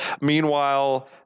Meanwhile